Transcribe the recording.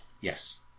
Yes